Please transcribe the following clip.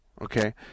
Okay